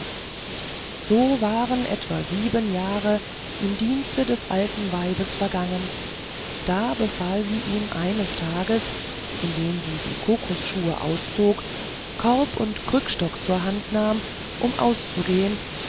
so waren etwa sieben jahre im dienste des alten weibes vergangen da befahl sie ihm eines tages indem sie die kokosschuhe auszog korb und krückenstock zur hand nahm um auszugehen